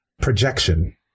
projection